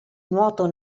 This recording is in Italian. nuoto